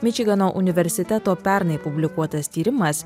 mičigano universiteto pernai publikuotas tyrimas